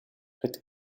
het